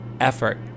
effort